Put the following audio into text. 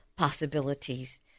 possibilities